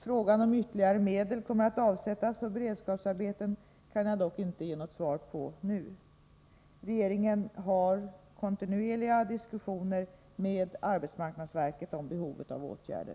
Frågan om ytterligare medel kommer att avsättas för beredskapsarbeten kan jag dock inte ge något svar på nu. Regeringen har kontinuerliga diskussioner med arbetsmarknadsverket om behovet av åtgärder.